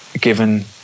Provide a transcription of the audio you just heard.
given